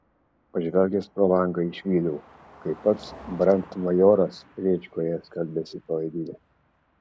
pažvelgęs pro langą išvydau kaip pats brandmajoras rėčkoje skalbiasi palaidinę